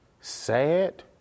Sad